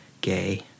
gay